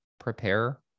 prepare